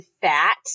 fat